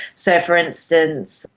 so, for instance,